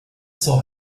saw